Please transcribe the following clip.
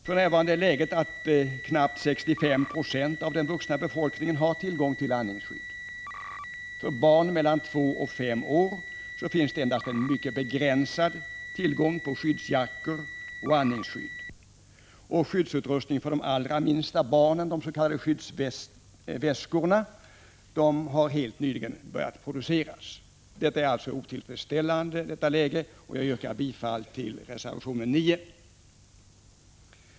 För närvarande är läget det att barn mellan två och fem år finns endast en mycket begränsad tillgång på skyddsjackor och andningsskydd, och skyddsutrustning för de allra minsta barnen, de s.k. skyddsväskorna, har helt nyligen börjat produceras. Detta läge är otillfredsställande. Jag yrkar därför bifall till reservation 9.